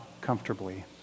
comfortably